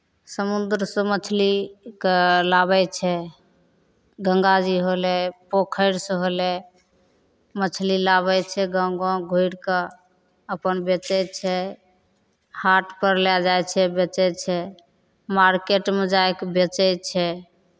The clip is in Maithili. समुद्रसँ मछलीकेँ लाबै छै गङ्गाजी होलै पोखरिसँ होलै मछली लाबै छै गाँव गाँव घुरि कऽ अपन बेचै छै हाटपर लए जाइ छै बेचै छै मारकेटमे जाय कऽ बेचै छै